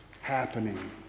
happening